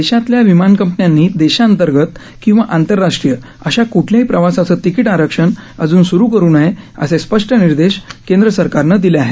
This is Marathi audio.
देशातल्या विमान कंपन्यांनी देशांतर्गत किंवा आंतरराष्ट्रीय अशा क्ठल्याही प्रवासाचं तिकीट आरक्षण अजून सूरू करू नये असे स्पष्ट निर्देश केंद्र सरकारनं दिले आहेत